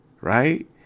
Right